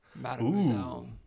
Mademoiselle